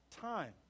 time